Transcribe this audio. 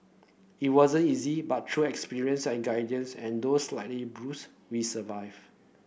it wasn't easy but through experience and guidance and though slightly bruised we survive